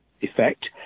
effect